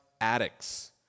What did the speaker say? addicts